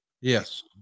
Yes